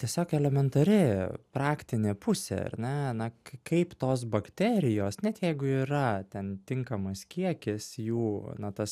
tiesiog elementari praktinė pusė ar ne na kaip tos bakterijos net jeigu yra ten tinkamas kiekis jų na tas